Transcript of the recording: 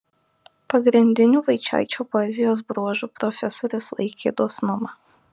pagrindiniu vaičaičio poezijos bruožu profesorius laikė dosnumą